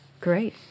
great